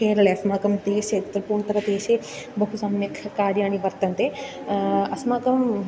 केरले अस्माकं देशे त्रिपूण्तर देशे बहु सम्यक् कार्याणि वर्तन्ते अस्माकं